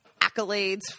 accolades